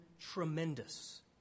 tremendous